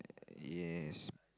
yes